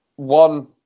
One